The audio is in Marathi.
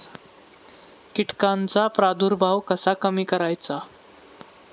कीटकांचा प्रादुर्भाव कसा कमी करायचा?